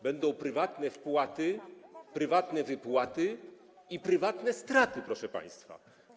Będą prywatne wpłaty, prywatne wypłaty i prywatne straty, proszę państwa.